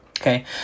Okay